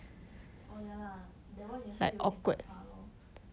oh ya lah that one 也是有点可怕 lor